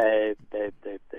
taip taip taip